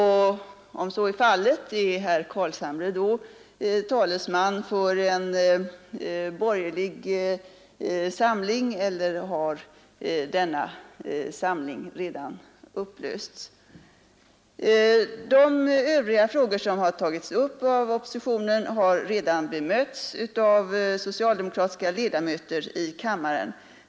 Om så är fallet, är herr Carlshamre då talesman för en borgerlig samling eller har denna samling redan upplösts? De övriga synpunkter som har tagits upp av oppositionen har redan bemötts av socialdemokratiska kammarledamöter.